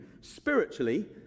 spiritually